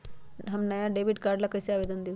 हम नया debit card ला कईसे आवेदन दिउ?